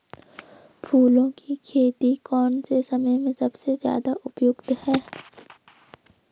फूलों की खेती कौन से समय में सबसे ज़्यादा उपयुक्त है?